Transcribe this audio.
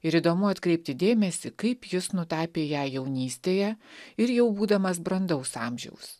ir įdomu atkreipti dėmesį kaip jis nutapė ją jaunystėje ir jau būdamas brandaus amžiaus